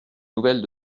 nouvelles